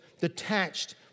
detached